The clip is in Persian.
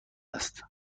است